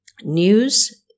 news